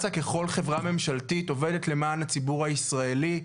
קצא"א ככל חברה ממשלתית עובדת למען הציבור הישראלי,